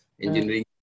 engineering